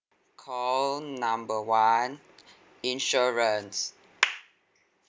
call number one insurance